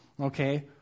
Okay